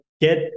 get